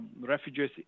refugees